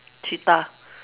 cheetah